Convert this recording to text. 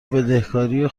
بدهکاری